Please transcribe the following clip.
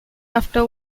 after